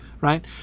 right